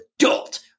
adult